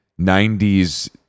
90s